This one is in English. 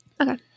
Okay